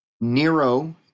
Nero